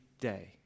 day